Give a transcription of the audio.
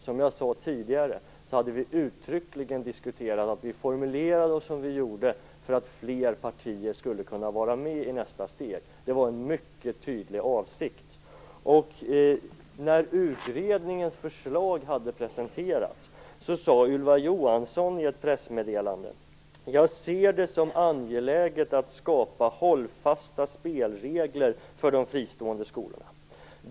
Som jag sade tidigare hade vi uttryckligen diskuterat detta, och vi formulerade det så som vi gjorde för att fler partier skulle kunna vara med i nästa steg. Det var en mycket tydlig avsikt. Det andra är att när utredningens förslag hade presenterats sade Ylva Johansson i ett pressmeddelande: "- Jag ser det som angeläget att skapa hållfasta spelregler för de fristående skolorna.